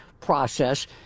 process